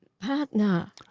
partner